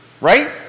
Right